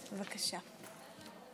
בבקשה.